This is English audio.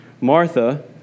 Martha